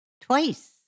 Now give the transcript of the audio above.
twice